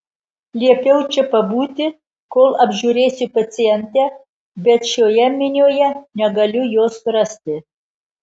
liepiau čia pabūti kol apžiūrėsiu pacientę bet šioje minioje negaliu jos surasti